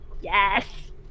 Yes